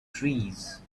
trees